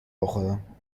بخورم